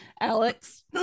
Alex